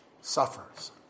suffers